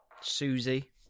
Susie